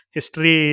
History